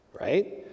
right